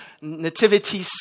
nativity